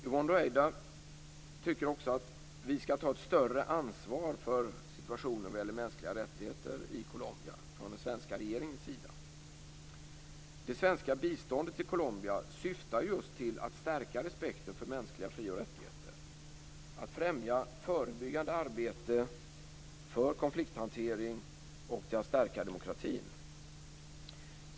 Yvonne Ruwaida tycker också att den svenska regeringen skall ta ett större ansvar för situationen vad gäller mänskliga rättigheter i Colombia. Det svenska biståndet till Colombia syftar just till att stärka respekten för mänskliga fri och rättigheter, att främja förebyggande arbete för konflikthantering och till att stärka demokratin.